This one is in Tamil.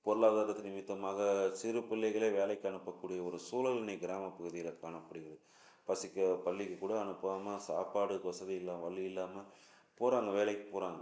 பொருளாதார நிமித்தமாக சிறுப்பிள்ளைகளை வேலைக்கு அனுப்பக்கூடிய ஒரு சூழல் இன்றைக்கு கிராம பகுதிகளில் காணப்படுகிறது பசிக்க பள்ளிக்குக்கூட அனுப்பாமல் சாப்பாடுக்கு வசதி இல்லாம வலி இல்லாமல் போகிறாங்க வேலைக்கு போறாங்க